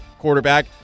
quarterback